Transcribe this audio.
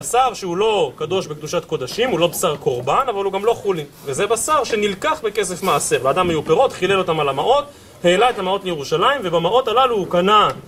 בשר שהוא לא קדוש בקדושת קודשים, הוא לא בשר קורבן, אבל הוא גם לא חולין. וזה בשר שנלקח בכסף מעשר. לאדם היו פירות, חילל אותם על המעות, העלה את המעות לירושלים, ובמעות הללו הוא קנה...